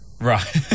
Right